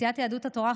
סיעת יהדות התורה,